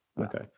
Okay